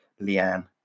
Leanne